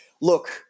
look